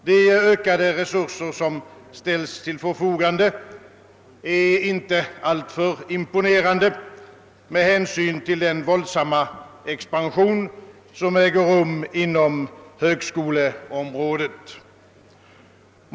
De ökade resurser som ställs till förfogande är inte alltför imponerande med hänsyn till den våldsamma expansion som äger rum inom högskoleområdet.